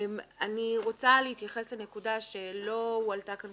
אני רוצה להתייחס לנקודה שלא הועלתה פה,